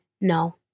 no